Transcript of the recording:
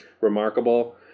remarkable